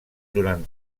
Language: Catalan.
durant